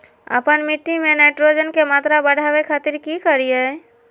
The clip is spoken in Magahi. आपन मिट्टी में नाइट्रोजन के मात्रा बढ़ावे खातिर की करिय?